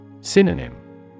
Synonym